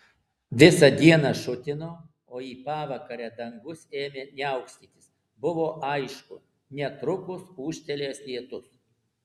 visą dieną šutino o į pavakarę dangus ėmė niaukstytis buvo aišku netrukus ūžtelės lietus